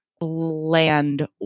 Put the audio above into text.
land